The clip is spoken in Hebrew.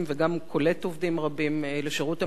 וגם קולט עובדים רבים לשירות המדינה.